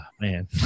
man